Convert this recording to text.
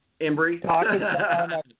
Embry